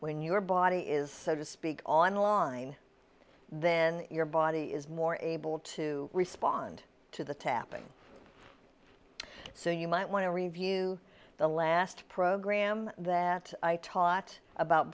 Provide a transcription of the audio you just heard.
when your body is so to speak online then your body is more able to respond to the tapping so you might want to review the last program that i taught about